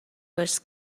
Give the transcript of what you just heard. was